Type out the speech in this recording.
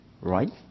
right